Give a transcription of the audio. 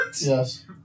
Yes